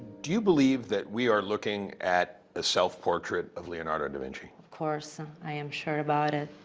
do you believe that we are looking at a self-portrait of leonardo da vinci? of course. i am sure about it.